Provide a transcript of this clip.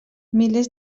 milers